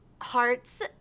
hearts